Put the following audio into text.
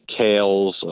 kales